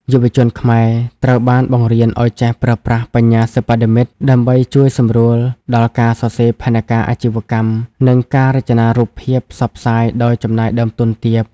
យុវជនខ្មែរត្រូវបានបង្រៀនឱ្យចេះប្រើប្រាស់ "បញ្ញាសិប្បនិម្មិត" ដើម្បីជួយសម្រួលដល់ការសរសេរផែនការអាជីវកម្ម និងការរចនារូបភាពផ្សព្វផ្សាយដោយចំណាយដើមទុនទាប។